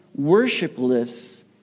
worshipless